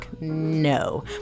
No